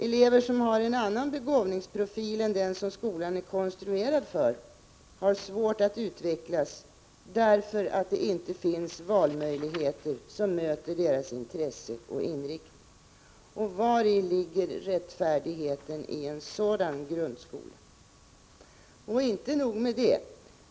Elever som har en annan begåvningsprofil än den som skolan är konstruerad för har svårt att utvecklas, därför att det inte finns valmöjligheter som möter deras intresse och inriktning. Vari ligger rättfärdigheten i en sådan grundskola? Inte nog med det.